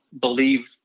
believe